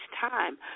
time